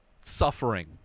suffering